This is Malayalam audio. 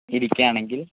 ഇരിക്കൂയാണെങ്കിൽ